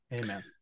Amen